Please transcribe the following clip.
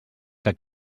que